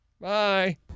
Bye